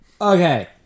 Okay